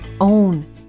own